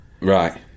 Right